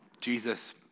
Jesus